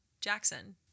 Jackson